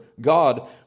God